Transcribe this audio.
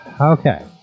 Okay